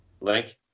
Link